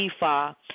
Ifa